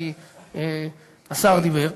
כי השר דיבר,